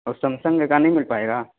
اور سمسنگ میں کا نہیں مل پائے گا